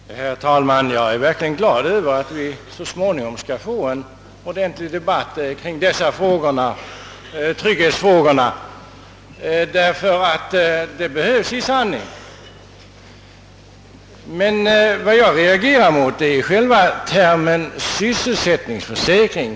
Herr talman! Jag är verkligen glad över att vi så småningom skall få en ordentlig debatt kring dessa trygghetsfrågor, ty det behövs i sanning. Vad jag reagerar mot är själva termen sysselsättningsförsäkring.